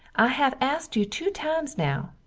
i have askt you too times now,